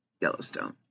Yellowstone